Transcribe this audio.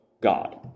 God